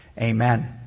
Amen